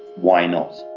why not?